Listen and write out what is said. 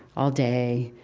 all day,